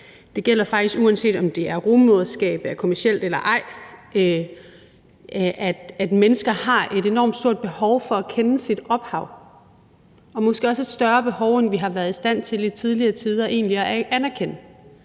Det gælder faktisk, uanset om rugemoderskabet er kommercielt eller ej, at mennesker har et enormt stort behov for at kende deres ophav – og måske også et større behov, end vi egentlig har været i stand til i tidligere tider at erkende.